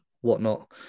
whatnot